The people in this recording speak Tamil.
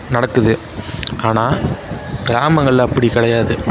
நடக்குது ஆனால் கிராமங்களில் அப்படி கிடையாது